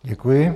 Děkuji.